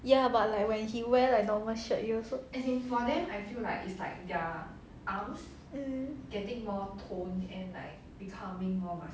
ya but like when he wear like normal shirt you also mm